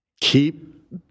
keep